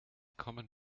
common